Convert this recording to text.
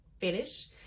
finish